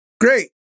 Great